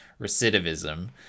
recidivism